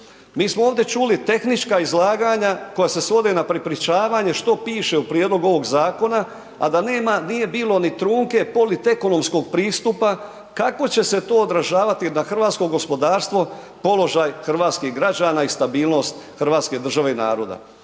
Mi smo ovdje čuli tehnička izlaganja koja se svode na prepričavanje što piše u prijedlogu ovoga zakona a da nema, nije bilo ni trunke politekonomskog pristupa kako će se to odražavati na hrvatsko gospodarstvo, položaj hrvatskih građana i stabilnost hrvatske države i naroda.